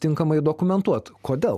tinkamai dokumentuot kodėl